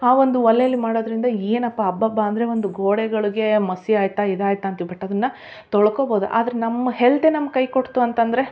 ಆ ಒಂದು ಒಲೇಲಿ ಮಾಡೋದರಿಂದ ಏನಪ್ಪ ಅಬ್ಬಬ್ಬ ಅಂದರೆ ಒಂದು ಗೋಡೆಗಳಿಗೆ ಮಸಿ ಆಯ್ತು ಇದಾಯ್ತು ಅಂತೀವಿ ಬಟ್ ಅದನ್ನು ತೊಳ್ಕೊಬೋದು ಆದರೆ ನಮ್ಮ ಹೆಲ್ತೆ ನಮ್ಮ ಕೈ ಕೊಡ್ತು ಅಂತಂದರೆ